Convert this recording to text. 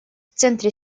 центре